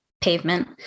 pavement